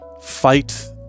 fight